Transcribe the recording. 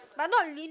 but not really